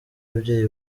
ababyeyi